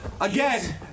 Again